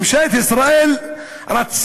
ממשלת ישראל רצחה